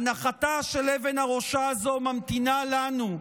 הנחתה של אבן הראשה הזו ממתינה לנו,